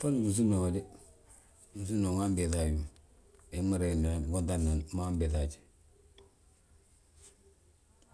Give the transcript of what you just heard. Nsùmna ma dé, noisi nsùmna wima wi mbiiŧa awi ma, biñaŋ ma reeŋndi nan, ngonta nan, wi ma mbiiŧa haj.